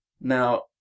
Now